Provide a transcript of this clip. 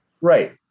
Right